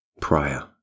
prior